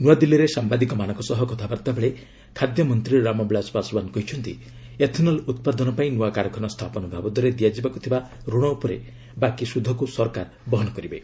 ନୃଆଦିଲ୍ଲୀରେ ସାମ୍ବାଦିକମାନଙ୍କ ସହ କଥାବାର୍ତ୍ତାବେଳେ ଖାଦ୍ୟ ମନ୍ତ୍ରୀ ରାମବିଳାଶ ପାଶଓ୍ୱାନ୍ କହିଛନ୍ତି ଏଥନଲ୍ ଉତ୍ପାଦନପାଇଁ ନୂଆ କାରଖାନା ସ୍ଥାପନ ବାବଦରେ ଦିଆଯିବାକୁ ଥିବା ଋଣ ଉପରେ ବାକି ସୁଧକୁ ସରକାର ବହନ କରିବେ